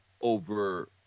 over